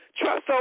Trust